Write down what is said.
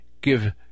give